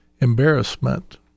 embarrassment